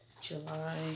July